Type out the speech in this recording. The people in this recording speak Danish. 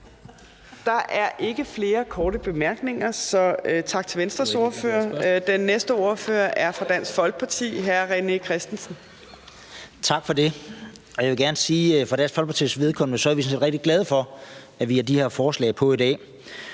Der er ikke flere korte bemærkninger, så tak til Venstres ordfører. Den næste ordfører er fra Dansk Folkeparti, hr. René Christensen. Kl. 15:45 (Ordfører) René Christensen (DF): Tak for det. Jeg vil gerne sige, at for Dansk Folkepartis vedkommende er vi rigtig glade for, at vi har de her forslag på i dag.